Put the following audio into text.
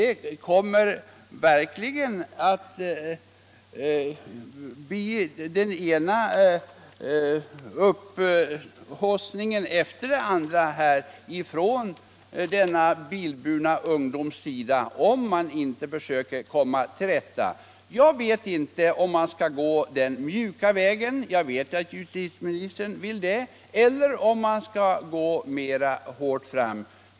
Problemen med den bilburna ungdomen kommer bara att haussas upp om man inte gör någonting. Jag vet inte om det är rätt att som justitiemininstern gå den mjuka vägen, eller om det är bättre att gå mer hårt fram.